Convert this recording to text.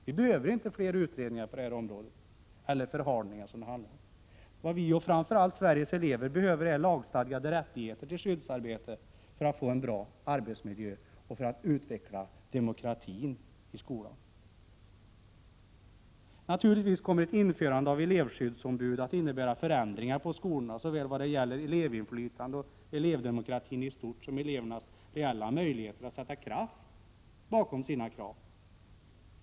Vi behöver inte fler utredningar på detta område, eller förhalningar som det handlar om. Vad vi, och framför allt Sveriges elever, behöver är lagstadgade rättigheter när det gäller skyddsarbetet för att få en bra arbetsmiljö och för att utveckla demokratin i skolan. Ett införande av elevskyddsombud kommer naturligtvis att innebära förändringar på skolorna, när det gäller både elevinflytande och elevdemokrati i stort och elevernas reella möjligheter att sätta kraft bakom sina krav.